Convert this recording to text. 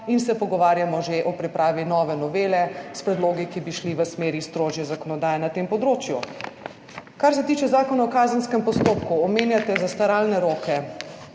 in se pogovarjamo že o pripravi nove novele s predlogi, ki bi šli v smeri strožje zakonodaje na tem področju. Kar se tiče Zakona o kazenskem postopku. Omenjate zastaralne roke.